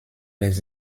les